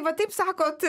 va taip sakot